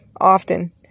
often